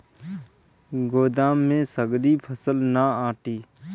गोदाम में सगरी फसल ना आटी